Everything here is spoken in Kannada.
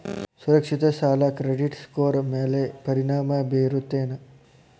ಸುರಕ್ಷಿತ ಸಾಲ ಕ್ರೆಡಿಟ್ ಸ್ಕೋರ್ ಮ್ಯಾಲೆ ಪರಿಣಾಮ ಬೇರುತ್ತೇನ್